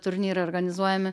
turnyrai organizuojami